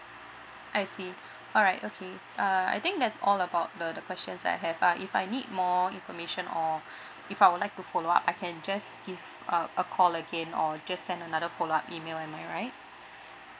I see alright okay uh I think that's all about the the questions I have uh if I need more information or if I would like to follow up I can just give uh a call again or just send another follow up email am I right